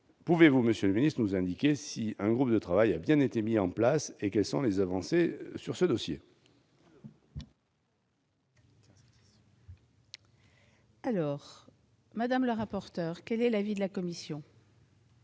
Pouvez-vous, monsieur le ministre, nous indiquer si un groupe de travail a bien été mis en place et quelles sont les avancées sur ce dossier ? Quel est l'avis de la commission ?